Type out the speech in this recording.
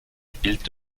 spielt